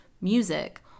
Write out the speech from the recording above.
music